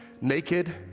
Naked